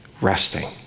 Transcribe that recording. resting